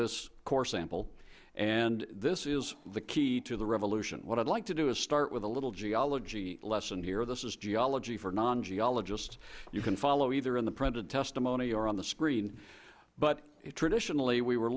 this core sample and this is the key to the revolution what i'd like to do is start with a little geology lesson here this is geology for nongeologists and you can follow either in the printed testimony or on the screen but traditionally we were